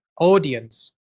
audience